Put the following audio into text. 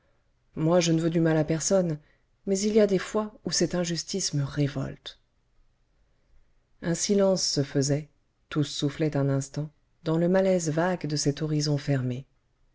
moi je ne veux du mal à personne mais il y a des fois où cette injustice me révolte un silence se faisait tous soufflaient un instant dans le malaise vague de cet horizon fermé